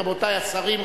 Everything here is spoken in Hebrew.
רבותי השרים,